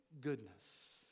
goodness